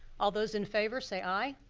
all those in favor say aye.